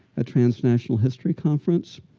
a transnational history conference